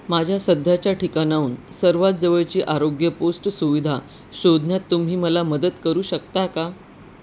माझ्या सध्याच्या ठिकाणाहून सर्वात जवळची आरोग्य पोस्ट सुविधा शोधण्यात तुम्ही मला मदत करू शकता का